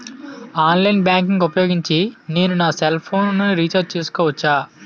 Online banking ఊపోయోగించి నేను నా సెల్ ఫోను ని రీఛార్జ్ చేసుకోవచ్చా?